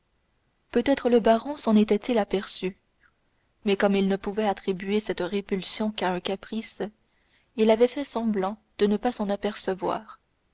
peut-être le baron s'en était-il aperçu mais comme il ne pouvait attribuer cette répulsion qu'à un caprice il avait fait semblant de ne pas s'en apercevoir